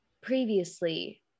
previously